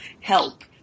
help